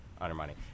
undermining